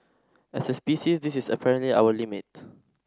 as a species this is apparently our limit